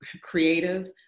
creative